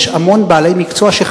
חסרים המון בעלי מקצוע.